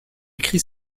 écrit